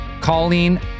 Colleen